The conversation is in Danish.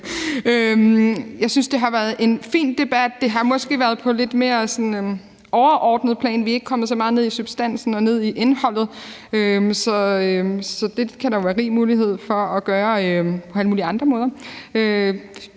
Jeg synes, det har været en fin debat. Det har måske været på et sådan lidt mere overordnet plan, hvor vi ikke er kommet så meget ned i substansen og ned i indholdet, så det kan der jo være rig mulighed for at gøre på alle mulige